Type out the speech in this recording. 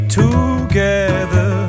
together